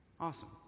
Awesome